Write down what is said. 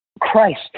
Christ